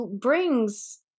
brings